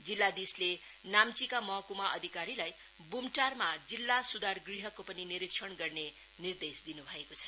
जिल्लाधीशले नाम्चीका महकुमा अधिकारीलाई बुम्टारमा जिल्ला सुधारगृहको पनि निरीक्षण गर्ने निर्देश दिनु भएको छ